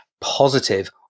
positive